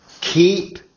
Keep